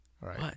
right